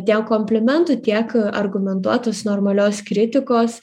dėl komplimentų tiek argumentuotus normalios kritikos